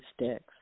sticks